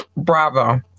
Bravo